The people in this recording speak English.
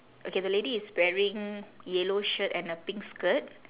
okay the lady is wearing yellow shirt and a pink skirt